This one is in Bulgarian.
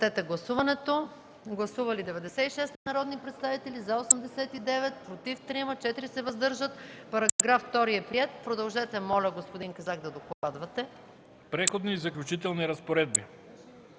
Преходните и заключителни разпоредби